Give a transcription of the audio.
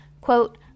Quote